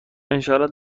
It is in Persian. انشاالله